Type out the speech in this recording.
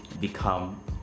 become